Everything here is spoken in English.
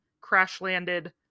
crash-landed